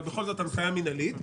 אבל בכל זאת הנחיה מינהלית,